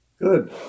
Good